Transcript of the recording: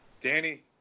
Danny